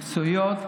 מקצועית,